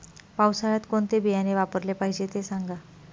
पावसाळ्यात कोणते बियाणे वापरले पाहिजे ते सांगा